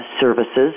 services